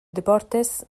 deportes